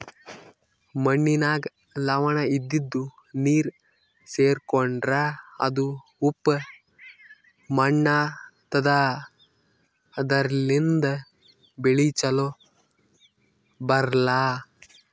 ಮಣ್ಣಿನಾಗ್ ಲವಣ ಇದ್ದಿದು ನೀರ್ ಸೇರ್ಕೊಂಡ್ರಾ ಅದು ಉಪ್ಪ್ ಮಣ್ಣಾತದಾ ಅದರ್ಲಿನ್ಡ್ ಬೆಳಿ ಛಲೋ ಬರ್ಲಾ